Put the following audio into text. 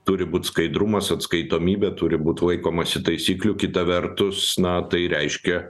turi būt skaidrumas atskaitomybė turi būt laikomasi taisyklių kita vertus na tai reiškia